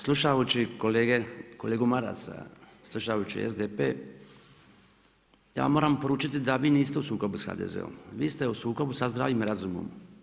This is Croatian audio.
Slušajući kolegu Marasa, slušajući SDP, ja vam moram poručiti da vi niste u sukobu sa HDZ-om, vi ste u sukobu sa zdravim razumom.